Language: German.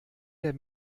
der